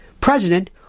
president